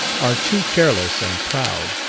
are too careless and proud.